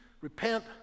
Repent